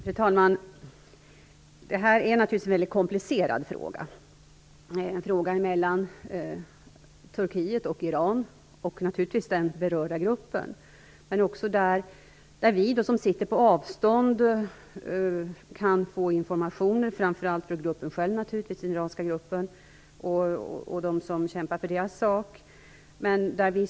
Fru talman! Det här är naturligtvis en väldigt komplicerad fråga. Det är en fråga mellan Turkiet och Iran, och naturligtvis den berörda gruppen. Men vi som sitter på avstånd kan också få information, framför allt från den iranska gruppen själv och från dem som kämpar för deras sak.